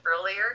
earlier